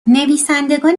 نویسندگان